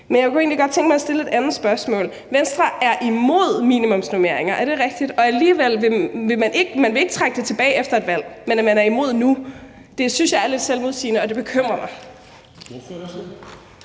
tænke mig at stille et andet spørgsmål. Venstre er imod minimumsnormeringer. Er det rigtigt, at man ikke vil trække det tilbage efter et valg, men at man er imod det nu? Det synes jeg er lidt selvmodsigende, og det bekymrer mig.